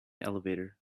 elevator